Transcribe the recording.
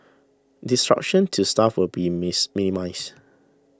disruption to staff will be miss minimised